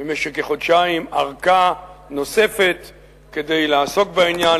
לפני כחודשיים ארכה נוספת כדי לעסוק בעניין,